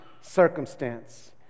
circumstance